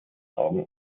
augen